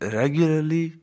regularly